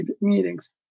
meetings